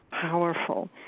powerful